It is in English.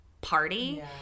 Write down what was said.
party